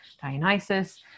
Dionysus